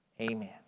amen